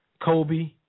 Kobe